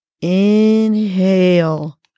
Inhale